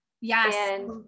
Yes